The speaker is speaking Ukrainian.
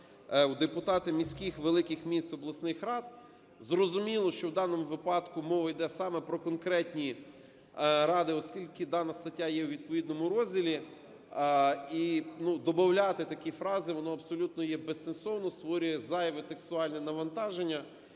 "депутати міських (великих міст), обласних рад". Зрозуміло, що в даному випадку мова іде саме про конкурентні ради, оскільки дана стаття є у відповідному розділі. І, ну, добавляти такі фрази, воно абсолютно є безсенсовно, створює зайве текстуальне навантаження